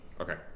Okay